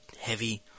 heavy